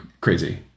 crazy